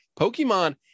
Pokemon